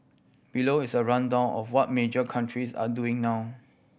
below is a rundown of what major countries are doing now